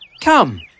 Come